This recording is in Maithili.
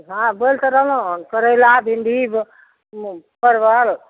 हॅं बोलि तऽ रहलै हन करैला भिण्डी परवल